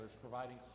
providing